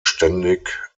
ständig